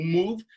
move